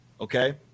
okay